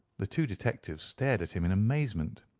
the two detectives stared at him in amazement.